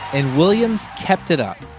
and williams kept it up,